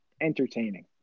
entertaining